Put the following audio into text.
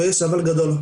ויש אבל גדול,